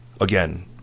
Again